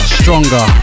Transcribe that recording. stronger